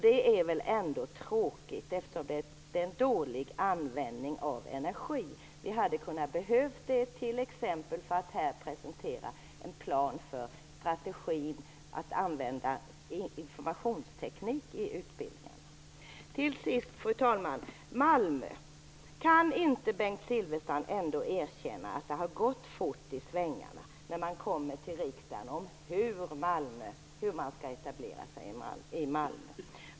Det är väl tråkigt, det är en dålig användning av energi. Man hade kunnat behöva det till t.ex. att här presentera en strategi för användning av informationsteknik i utbildningarna. Till slut, fru talman, om etablering i Malmö. Kan inte Bengt Silfverstrand ändå erkänna att det har gått fort i svängarna?